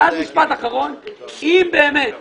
אם באמת